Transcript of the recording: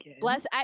Bless